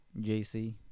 JC